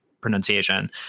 pronunciation